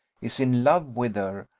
is in love with her,